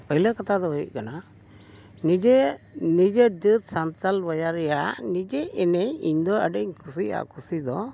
ᱯᱳᱭᱞᱳ ᱠᱟᱛᱷᱟ ᱫᱚ ᱦᱩᱭᱩᱜ ᱠᱟᱱᱟ ᱱᱤᱡᱮ ᱱᱤᱡᱮ ᱡᱟᱹᱛ ᱥᱟᱱᱛᱟᱞ ᱵᱚᱭᱟ ᱨᱮᱭᱟᱜ ᱱᱤᱡᱮ ᱮᱱᱮᱡ ᱤᱧᱫᱚ ᱟᱹᱰᱤᱧ ᱠᱩᱥᱤᱭᱟᱜᱼᱟ ᱠᱩᱥᱤ ᱫᱚ